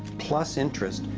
plus interest,